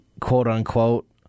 quote-unquote